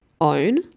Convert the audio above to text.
own